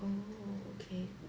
oo okay